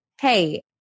hey